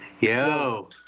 Yo